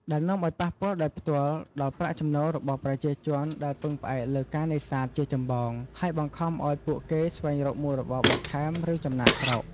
ដែលនាំអោយប៉ះពាល់ដោយផ្ទាល់ដល់ប្រាក់ចំណូលរបស់ប្រជាជនដែលពឹងផ្អែកលើការនេសាទជាចម្បង ហើយបង្ខំឱ្យពួកគេស្វែងរកមុខរបរបន្ថែម ឬចំណាកស្រុក។